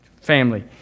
family